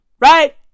Right